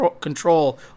control